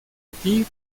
aquí